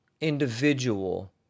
individual